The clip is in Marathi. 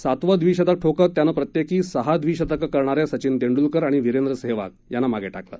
सातवं द्विशतक ठोकत त्यानं प्रत्येकी सहा द्विशतकं करणाऱ्या सचिन तेंडुलकर आणि वीरेंद्र सेहवाग यांना मागे टाकलं